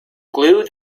glue